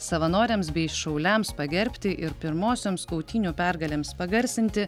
savanoriams bei šauliams pagerbti ir pirmosioms kautynių pergalėms pagarsinti